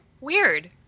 weird